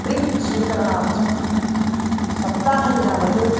print स्वीकरणार्थं सप्ताहं यावत्